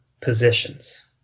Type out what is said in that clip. positions